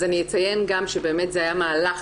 אז אני אציין גם שבאמת זה היה מהלך,